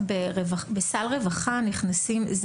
בסל רווחה נכנסים,